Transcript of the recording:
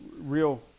real